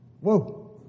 Whoa